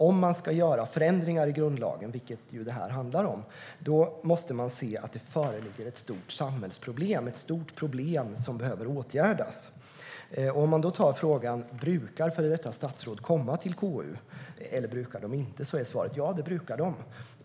Om man ska göra förändringar i grundlagen, som detta handlar om, måste man se att det föreligger ett stort samhällsproblem, ett stort problem som behöver åtgärdas. Om man tar frågan "Brukar före detta statsråd komma till KU, eller brukar de inte göra det?" är svaret: Ja, det brukar de.